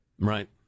Right